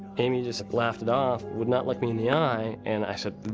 amy just laughed it off would not look me in the eye. and i said,